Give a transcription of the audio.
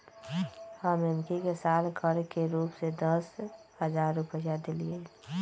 हम एम्की के साल कर के रूप में दस हज़ार रुपइया देलियइ